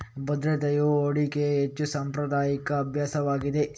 ಭದ್ರತೆಯು ಹೂಡಿಕೆಯ ಹೆಚ್ಚು ಸಾಂಪ್ರದಾಯಿಕ ಅಭ್ಯಾಸವಾಗಿದೆ